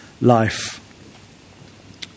life